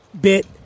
bit